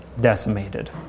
decimated